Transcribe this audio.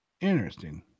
Interesting